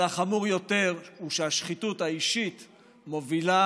אבל החמור ביותר הוא שהשחיתות האישית מובילה